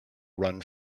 run